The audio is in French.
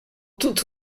tout